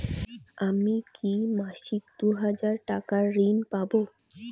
আমি কি মাসিক দুই হাজার টাকার ঋণ পাব?